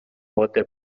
pote